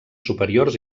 superiors